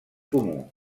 comú